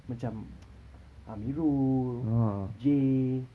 macam amirul jay